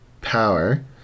power